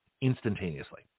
instantaneously